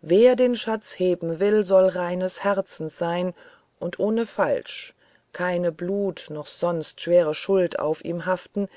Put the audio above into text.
wer den schatz heben will soll reines herzens seyn und ohne falsch keine blut noch sonst schwere schuld soll auf ihm haften